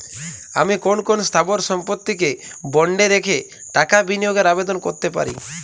আমি কোন কোন স্থাবর সম্পত্তিকে বন্ডে রেখে টাকা বিনিয়োগের আবেদন করতে পারি?